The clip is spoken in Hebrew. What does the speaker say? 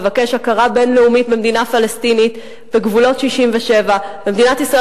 לבקש הכרה בין-לאומית במדינה פלסטינית בגבולות 67'. מדינת ישראל